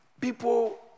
people